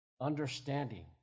Understanding